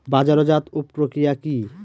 বাজারজাতও প্রক্রিয়া কি?